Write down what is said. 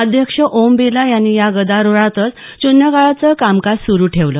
अध्यक्ष ओम बिर्ला यांनी या गदारोळातच शून्यकाळाचं कामकाज सुरू ठेवलं